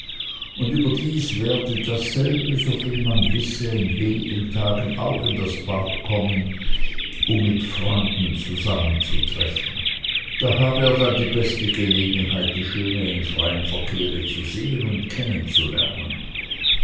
und überdies werde dasselbe soviel man wisse in wenigen tagen auch in das bad kommen um mit freunden zusammenzutreffen da habe er dann die beste gelegenheit die schöne in freiem verkehre zu sehen und